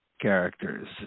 characters